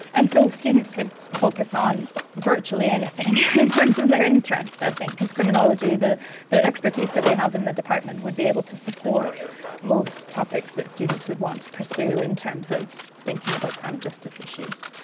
and so students could focus on virtually anything in terms of their interest, i think, because of criminology, the the expertise that we have in the department would be able to support most topics that students would want to pursue in terms of thinking about crime and justice issues.